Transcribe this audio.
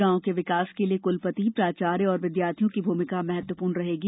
ग्राम के विकास के लिए कुलपति प्राचार्य और विद्यार्थियों की भूमिका महत्वपूर्ण रहेगी